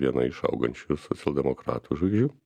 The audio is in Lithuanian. viena iš augančių socialdemokratų žvaigždžių